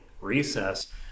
recess